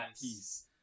peace